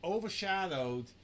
Overshadowed